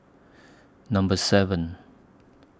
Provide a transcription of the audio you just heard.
Number seven